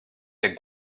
that